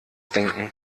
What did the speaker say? denken